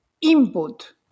input